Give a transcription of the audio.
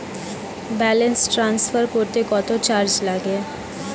Balance transfer করতে কত charge লাগে?